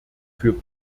für